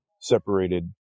separated